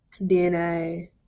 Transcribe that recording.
DNA